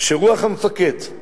שרוח המפקד,